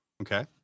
Okay